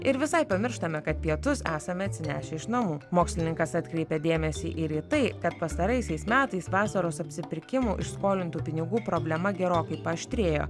ir visai pamirštame kad pietus esame atsinešę iš namų mokslininkas atkreipė dėmesį ir į tai kad pastaraisiais metais vasaros apsipirkimo iš skolintų pinigų problema gerokai paaštrėjo